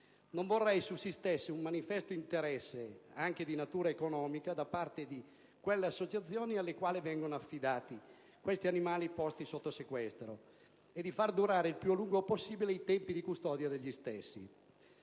Non vorrei sussistesse un manifesto interesse, anche di natura economica, da parte delle associazioni alle quali vengono affidati questi animali posti sotto sequestro a far durare il più lungo possibile i tempi di custodia degli stessi.